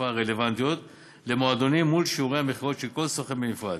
התעופה הרלוונטיות למועדונים מול שיעורי המכירות של כל סוכן בנפרד.